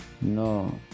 No